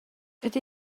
ydy